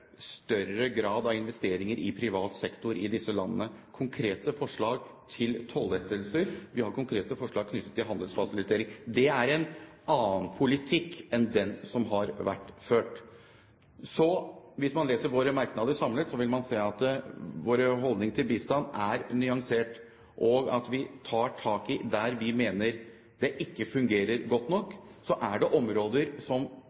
større grad av investeringer i privat sektor i disse landene, konkrete forslag til tollettelser. Vi har konkrete forslag knyttet til handelsfasilitering. Det er en annen politikk enn den som har vært ført. Hvis man leser våre merknader samlet, vil man se at vår holdning til bistand er nyansert, og at vi tar tak der vi mener det ikke fungerer godt nok. Så er det områder som